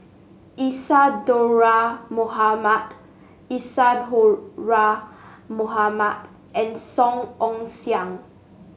Isadhora Mohamed Isadhora Mohamed and Song Ong Siang